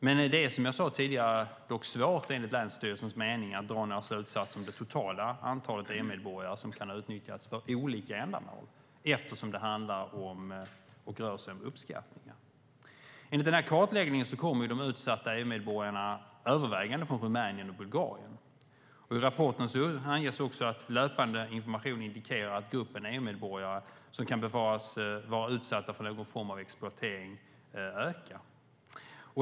Men som jag sade tidigare är det enligt länsstyrelsens mening svårt att dra några slutsatser om det totala antalet EU-medborgare som kan ha utnyttjats för olika ändamål, eftersom det rör sig om uppskattningar. Enligt denna kartläggning kommer de utsatta EU-medborgarna övervägande från Rumänien och Bulgarien. I rapporten anges att löpande information indikerar att gruppen EU-medborgare som kan befaras vara utsatta för någon form av exploatering ökar.